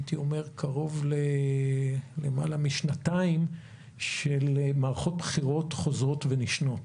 יותר משנתיים של מערכות בחירות חוזרות ונשנות,